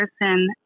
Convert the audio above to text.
person